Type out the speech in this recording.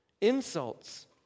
insults